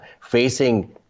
facing